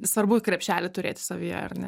svarbu krepšelį turėti savyje ar ne